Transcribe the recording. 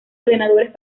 ordenadores